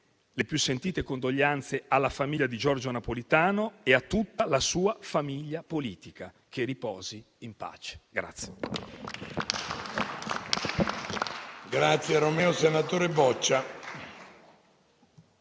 le più sentite condoglianze alla famiglia di Giorgio Napolitano e a tutta la sua famiglia politica. Che riposi in pace.